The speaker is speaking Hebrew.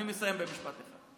אני מסיים במשפט אחד.